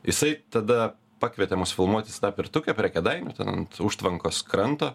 jisai tada pakvietė mus filmuotis į tą pirtukę prie kėdainių ten ant užtvankos kranto